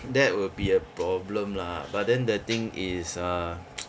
that would be a problem lah but then the thing is err